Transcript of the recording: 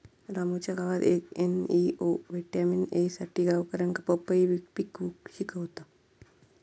रामूच्या गावात येक एन.जी.ओ व्हिटॅमिन ए साठी गावकऱ्यांका पपई पिकवूक शिकवता